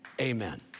amen